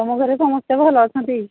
ତୁମ ଘରେ ସମସ୍ତେ ଭଲ ଅଛନ୍ତି